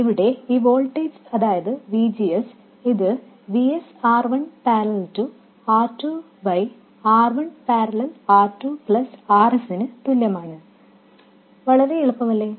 അതിനാൽ ഇവിടെ ഈ വോൾട്ടേജ് അതായത് VGS ഇത് Vs R1 parallel R2 by R1 parallel R2 plus Rsനു തുല്യമാണ് വളരെ എളുപ്പമാല്ലേ